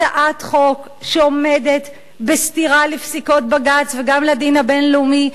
הצעת חוק שעומדת בסתירה לפסיקות בג"ץ וגם לדין הבין-לאומי,